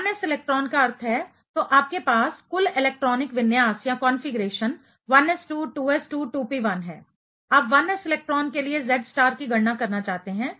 1s electron का अर्थ है तो आपके पास कुल इलेक्ट्रॉनिक विन्यास कंफीग्रेशन 1s2 2s2 2p1 है आप 1s इलेक्ट्रॉन के लिए Z स्टार की गणना करना चाहते हैं